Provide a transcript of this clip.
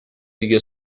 دیگه